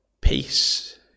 peace